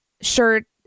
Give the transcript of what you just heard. shirt